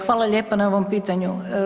Hvala lijepo na ovom pitanju.